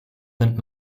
nimmt